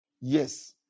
yes